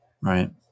Right